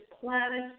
planet